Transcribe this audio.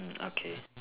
mm okay